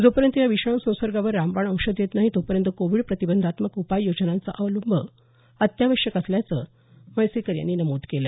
जोपर्यंत या विषाणू संसर्गावर रामबाण औषध येत नाही तोपर्यंत कोविड प्रतिबंधात्मक उपाय योजनांचा अवलंब अत्यावश्यक असल्याचं म्हैसेकर यांनी नमूद केलं